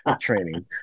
training